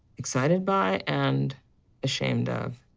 excited by, and ashamed of.